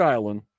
Island